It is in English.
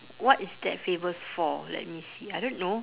what is that famous for let me see I don't know